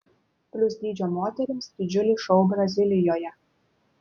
plius dydžio moterims didžiulis šou brazilijoje